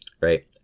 right